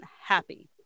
happy